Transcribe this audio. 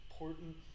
important